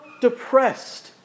depressed